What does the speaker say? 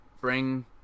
Bring